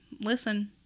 listen